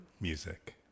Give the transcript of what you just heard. music